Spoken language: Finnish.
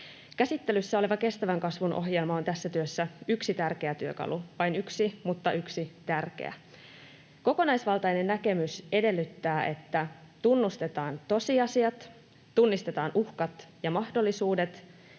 Käsittelyssä oleva kestävän kasvun ohjelma on tässä työssä yksi tärkeä työkalu — vain yksi, mutta yksi tärkeä. Kokonaisvaltainen näkemys edellyttää, että tunnustetaan tosiasiat, tunnistetaan uhkat ja mahdollisuudet